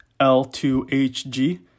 L2HG